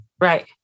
Right